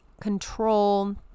control